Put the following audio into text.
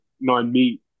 non-meat